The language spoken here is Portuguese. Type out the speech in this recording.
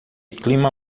clima